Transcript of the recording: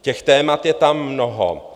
Těch témat je tam mnoho.